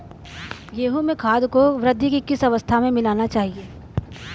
गेहूँ में खाद को वृद्धि की किस अवस्था में मिलाना चाहिए?